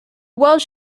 welsh